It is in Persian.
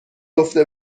گفته